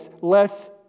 less